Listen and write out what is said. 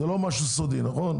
זה לא משהו סודי, נכון?